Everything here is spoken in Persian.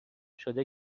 شده